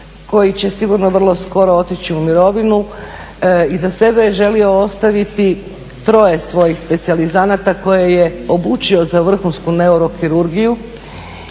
koji će sigurno vrlo skoro otići u mirovinu iza sebe je želio ostaviti troje svojih specijalizanata koje je obučio za vrhunsku neurokirurgiju